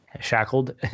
shackled